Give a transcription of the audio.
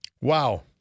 Wow